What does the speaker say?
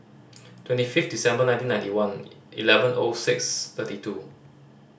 twenty fifth December nineteen ninety one eleven O six thirty two